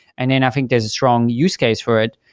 and then i think there's a strong use case for it.